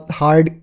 hard